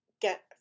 Get